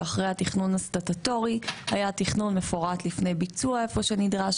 שאחרי התכנון הסטטוטורי היה תכנון מפורט לפני ביצוע איפה שנדרש.